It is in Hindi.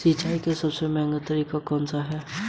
सिंचाई का सबसे महंगा तरीका कौन सा है?